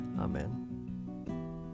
Amen